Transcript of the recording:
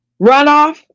Runoff